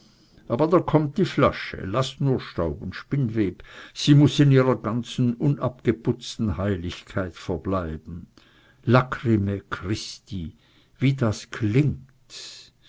aber da kommt die flasche laß nur staub und spinnweb sie muß in ihrer ganzen unabgeputzten heiligkeit verbleiben lacrymae christi wie das klingt